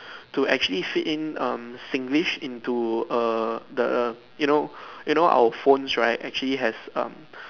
to actually fit in um Singlish into err the you know you know our phones right actually has um